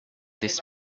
this